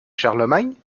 charlemagne